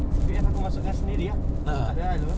C_T_F aku masukkan sendiri ah takde hal !duh!